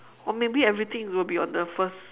or maybe everything will be on the first